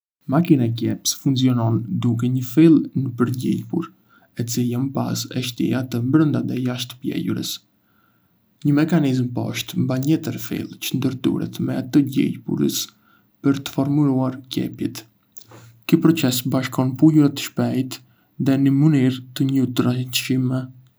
Makina e qepjes funksionon duke kaluar një fill nëpër gjilpërë, e cila më pas e shtyn atë brënda dhe jashtë pëlhurës. Një mekanizëm poshtë mban njetër fill, që ndërthuret me atë të gjilpërës për të formuar qepjet. Ky proces bashkon pëlhurat shpejt dhe në mënyrë të njëtrajtshme.